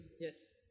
Yes